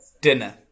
Dinner